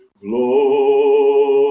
glory